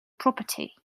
property